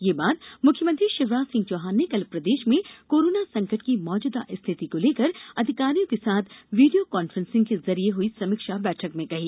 यह बात मुख्यमंत्री शिवराज सिंह चौहान ने कल प्रदेश में कोरोना संकट की मौजूदा स्थिति को लेकर अधिकारियों के साथ वीडियो कॉन्फ्रेंसिंग के जरिए हई समीक्षा बैठक में कही